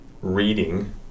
reading